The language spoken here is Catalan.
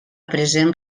present